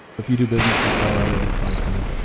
if you do business in colorado, it applies to you.